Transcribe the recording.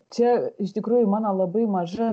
čia iš tikrųjų mano labai maža